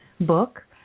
book